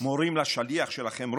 מורים לשליח שלכם,